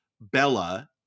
Bella